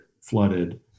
flooded